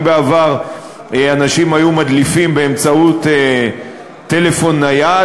אם בעבר אנשים היו מדליפים באמצעות טלפון נייד,